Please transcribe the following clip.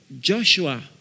Joshua